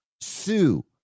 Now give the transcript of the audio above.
sue